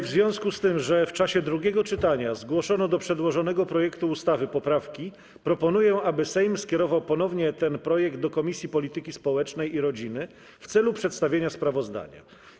W związku z tym, że w czasie drugiego czytania zgłoszono do przedłożonego projektu ustawy poprawki, proponuję, aby Sejm skierował ponownie ten projekt do Komisji Polityki Społecznej i Rodziny w celu przedstawienia sprawozdania.